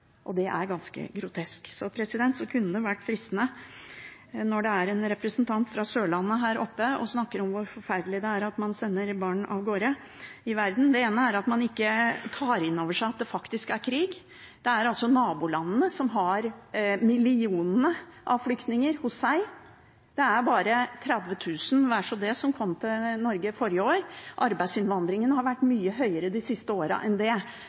og det er ganske grotesk. Så kunne det vært fristende å si, når en representant fra Sørlandet er her oppe og snakker om hvor forferdelig det er at man sender barn av gårde ut i verden, at man ikke tar inn over seg at det faktisk er krig. Det er altså nabolandene som har millionene av flyktninger hos seg. Det er bare 30 000, vel så det, som kom til Norge forrige år. Arbeidsinnvandringen de siste årene har vært mye høyere enn det,